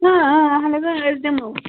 آ آ اَہَن حظ أسۍ دِمو